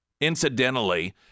incidentally